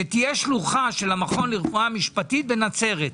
שתהיה שלוחה של המכון לרפואה משפטית בנצרת,